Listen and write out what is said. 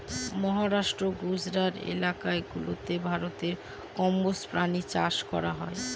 মহারাষ্ট্র, গুজরাট এলাকা গুলাতে ভারতে কম্বোজ প্রাণী চাষ করা হয়